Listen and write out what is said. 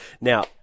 Now